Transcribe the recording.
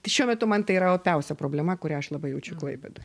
šiuo metu man tai yra opiausia problema kurią aš labai jaučiu klaipėdoj